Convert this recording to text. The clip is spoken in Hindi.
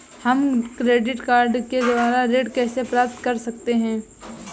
हम क्रेडिट कार्ड के द्वारा ऋण कैसे प्राप्त कर सकते हैं?